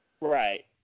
right